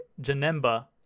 janemba